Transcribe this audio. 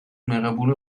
მიღებული